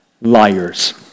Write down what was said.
liars